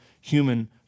human